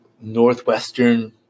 Northwestern